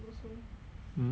mm